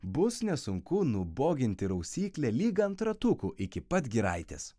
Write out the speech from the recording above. bus nesunku nuboginti rausyklę lyg ant ratukų iki pat giraitės